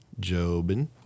Jobin